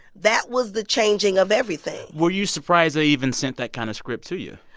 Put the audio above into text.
that was the changing of everything were you surprised they even sent that kind of script to you?